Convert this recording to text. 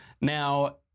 Now